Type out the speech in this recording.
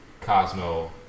Cosmo